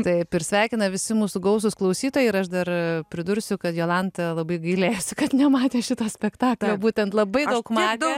taip ir sveikina visi mūsų gausūs klausytojai ir aš dar pridursiu kad jolanta labai gailėjosi kad nematė šito spektaklio būtent labai daug matė